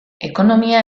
ekonomia